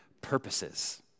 purposes